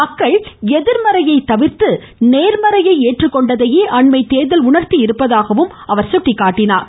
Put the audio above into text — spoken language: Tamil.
மக்கள் எதிர்மறையை தவிர்த்து நேர்மறையை ஏற்றுக்கொண்டதை அண்மை தேர்தல் உணர்த்தியிருப்பதாகவும் பிரதமர் சுட்டிக்காட்டினார்